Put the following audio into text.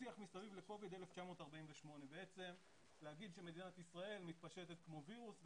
השיח מסביב לקוביד 1948. בצם לומר שמדינת ישראל מתפשטת כמו וירוס.